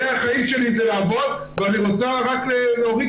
החיים שלי זה לעבוד ואני רוצה רק להוריד